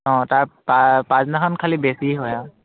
অঁ তাৰ পাছদিনাখন খালী বেছি হয় আৰু